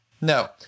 No